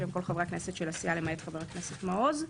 שהם כל חברי הכנסת של הסיעה למעט חבר הכנסת מעוז.